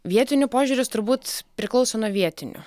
vietinių požiūris turbūt priklauso nuo vietinių